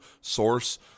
source